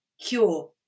cure